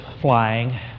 flying